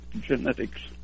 genetics